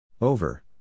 Over